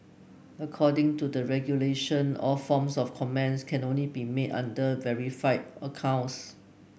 according to the regulation all forms of comments can only be made under verified accounts